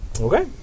Okay